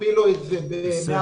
תכפילו את זה ב-144,000.